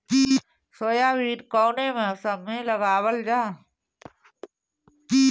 Soybean कौने मौसम में लगावल जा?